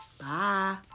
Bye